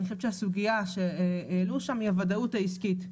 אני חושבת שהסוגיה שהעלו שם היא הוודאות העסקית.